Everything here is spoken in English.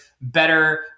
better